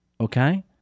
okay